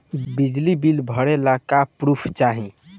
बिजली बिल भरे ला का पुर्फ चाही?